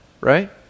right